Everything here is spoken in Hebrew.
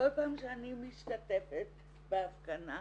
כל פעם שאני משתתפת בהפגנה